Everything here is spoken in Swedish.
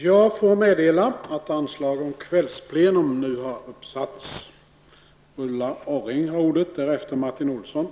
Jag får meddela att anslag nu har satts upp om att detta sammanträde skall fortsätta efter kl. 19.00.